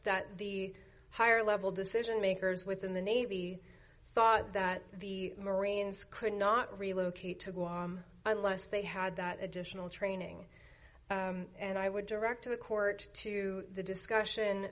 that the higher level decision makers within the navy thought that the marines could not relocate to go on unless they had that additional training and i would direct to the court to the discussion